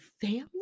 family